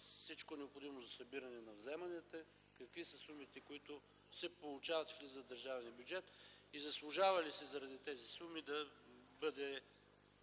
всичко необходимо за събиране на вземанията? Какви са сумите, които се получават и влизат в държавния бюджет? Заслужава ли си заради тези суми те да бъдат